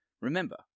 Remember